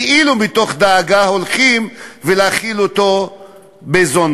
כאילו מתוך דאגה, הולכים להאכיל אותו בזונדה?